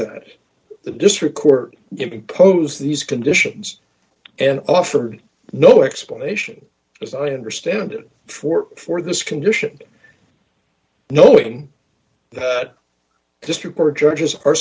that the district court imposed these conditions and offered no explanation as i understand it for for this condition knowing this report judges are